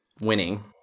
Winning